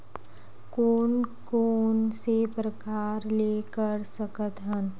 कोन कोन से प्रकार ले कर सकत हन?